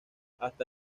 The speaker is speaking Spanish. hasta